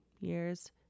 years